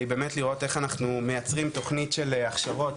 כדי באמת לראות איך אנחנו מייצרים תוכנית של הכשרות,